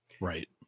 Right